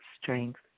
strength